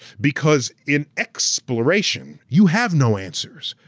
because in exploration, you have no answers.